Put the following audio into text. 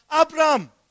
Abraham